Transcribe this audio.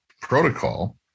protocol